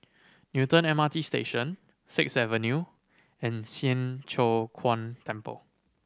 Newton M R T Station Sixth Avenue and Siang Cho Keong Temple